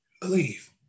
believe